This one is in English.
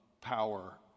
power